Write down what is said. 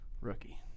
Rookie